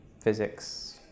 physics